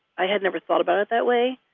i had never thought about it that way.